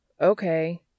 okay